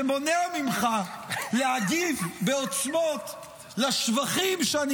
שמונע ממך להגיב בעוצמות לשבחים שאני